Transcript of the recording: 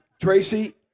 Tracy